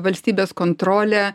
valstybės kontrolė